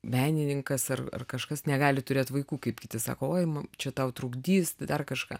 menininkas ar ar kažkas negali turėt vaikų kaip kiti sako oi čia tau trukdys tai dar kažką